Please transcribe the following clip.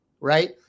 Right